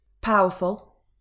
Powerful